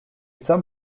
some